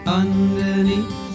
underneath